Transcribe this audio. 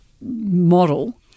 model